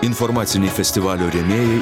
informaciniai festivalio rėmėjai